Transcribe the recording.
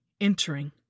entering